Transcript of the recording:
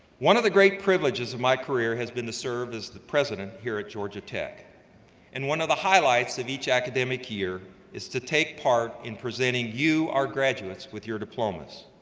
one of the great privileges of my career has been to serve as the president here at georgia tech and one of the highlights of each academic year is to take part in presenting you, our graduates, with your diplomas.